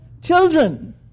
Children